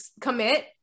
commit